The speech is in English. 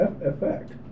effect